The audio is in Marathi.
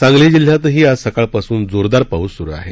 सांगली जिल्ह्यातही आज सकाळपासून जोरदार पाऊस सुरू आहे